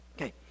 Okay